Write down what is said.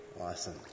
awesome